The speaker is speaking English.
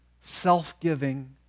self-giving